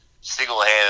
single-handed